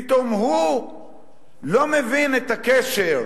פתאום הוא לא מבין את הקשר